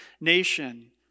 nation